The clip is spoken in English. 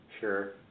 Sure